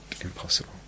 impossible